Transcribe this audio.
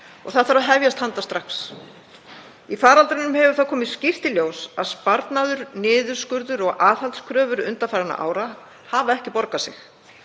og það þarf að hefjast handa strax. Í faraldrinum hefur það komið skýrt í ljós að sparnaður, niðurskurður og aðhaldskröfur undanfarinna ára hafa ekki borgað sig.